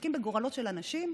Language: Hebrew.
משחקים בגורלות של אנשים?